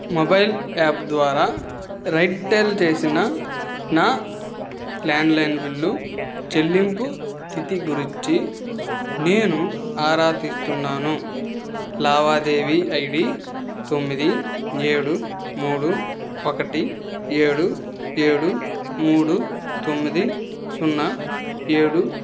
mobile app ద్వారా రైల్టెల్ చేసిన నా ల్యాండ్లైన్ బిల్లు చెల్లింపు స్థితి గురించి నేను ఆరా తీస్తున్నాను లావాదేవీ ఐడి తొమ్మిది ఏడు మూడు ఒకటి ఏడు ఏడు మూడు తొమ్మిది సున్నా ఏడు